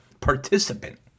participant